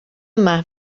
yma